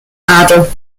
adel